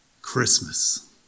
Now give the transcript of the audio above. Christmas